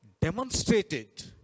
demonstrated